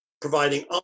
providing